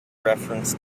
reference